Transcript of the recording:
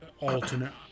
alternate